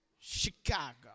Chicago